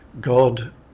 God